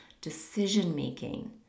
decision-making